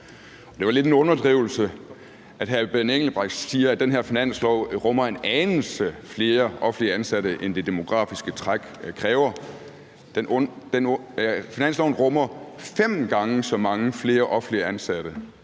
Det var lidt en underdrivelse, når hr. Benny Engelbrecht siger, at det her forslag til finanslov rummer en anelse flere offentligt ansatte, end det demografiske træk kræver. Forslaget til finanslov rummer fem gange så mange flere offentligt ansatte,